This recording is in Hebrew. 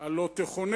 על "לא תחונם"